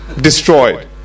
Destroyed